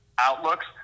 outlooks